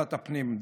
בוועדת הפנים.